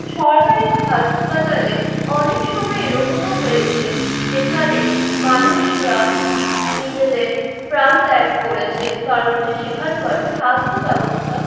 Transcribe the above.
সরকারী হাসপাতালে অনেক সময় এরকমও হয়েছে যেখানে মানুষরা নিজেদের প্রাণ ত্যাগ করেছে কারণ যে সেখানকার স্বাস্থ্য ব্যবস্থা